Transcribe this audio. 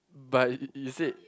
but y~ you said